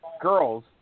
girls